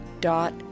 dot